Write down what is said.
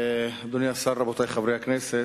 רבותי חברי הכנסת,